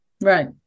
right